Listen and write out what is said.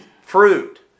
fruit